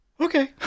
okay